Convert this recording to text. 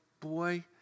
boy